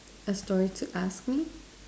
a story to ask me